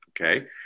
Okay